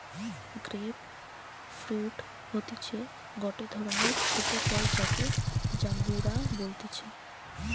grape fruit হতিছে গটে ধরণের ছোট ফল যাকে জাম্বুরা বলতিছে